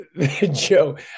Joe